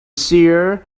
seer